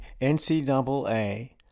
NCAA